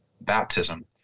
baptism